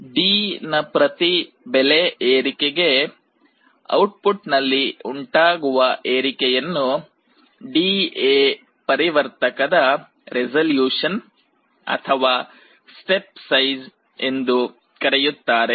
D ನ ಪ್ರತಿ ಬೆಲೆ ಏರಿಕೆಗೆ ಔಟ್ಪುಟ್ ನಲ್ಲಿ ಉಂಟಾಗುವ ಏರಿಕೆಯನ್ನು ಡಿಎ ಪರಿವರ್ತಕDA converterದ ರೆಸೊಲ್ಯೂಷನ್ ಅಥವಾ ಸ್ಟೆಪ್ ಸೈಜ್ ಎಂದು ಕರೆಯುತ್ತಾರೆ